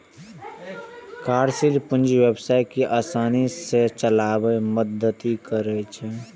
कार्यशील पूंजी व्यवसाय कें आसानी सं चलाबै मे मदति करै छै